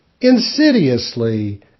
insidiously